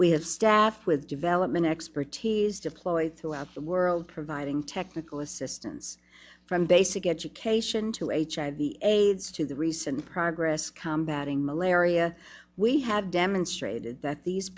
we have staff with development expertise deployed throughout the world providing technical assistance from basic education to a aids to the recent progress combat a malaria we have demonstrate that these